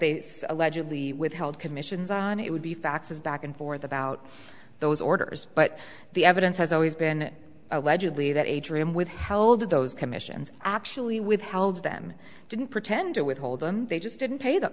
they allegedly withheld commissions on it would be faxes back and forth about those orders but the evidence has always been allegedly that adrian withheld those commissions actually withheld them didn't pretend to withhold them they just didn't pay them